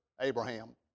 Abraham